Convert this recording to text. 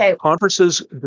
conferences